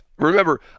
Remember